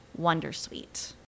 Wondersuite